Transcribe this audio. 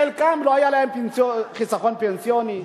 חלקם לא היה להם חיסכון פנסיוני,